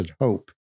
hope